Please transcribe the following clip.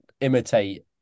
imitate